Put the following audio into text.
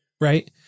right